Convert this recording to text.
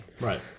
Right